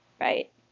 Right